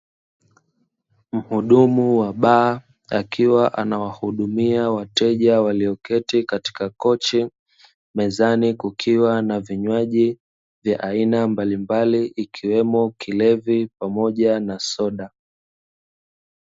Mhudumu wa baa akiwa anawahudumia wateja walioketi katika kochi, mezani kukiwa na vinywaji vya aina mbali mbali ikiwemo kilevi pamoja na soda.